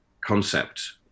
concept